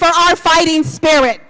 for our fighting spirit